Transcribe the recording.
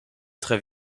très